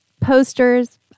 posters